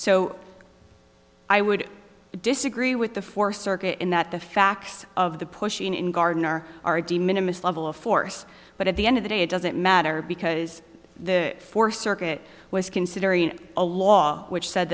so i would disagree with the fourth circuit in that the facts of the pushing in gardner are de minimus level of force but at the end of the day it doesn't matter because the fourth circuit was considering a law which said